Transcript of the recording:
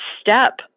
step